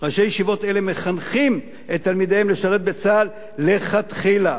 אלה מחנכים את תלמידיהם לשרת בצה"ל לכתחילה.